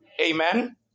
Amen